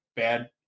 Bad